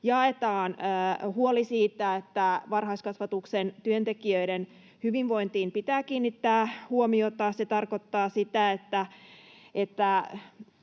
jaetaan huoli siitä, että varhaiskasvatuksen työntekijöiden hyvinvointiin pitää kiinnittää huomiota. Se tarkoittaa sitä, että